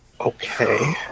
Okay